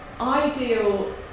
Ideal